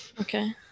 Okay